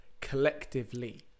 collectively